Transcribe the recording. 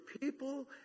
people